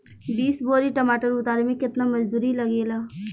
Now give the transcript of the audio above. बीस बोरी टमाटर उतारे मे केतना मजदुरी लगेगा?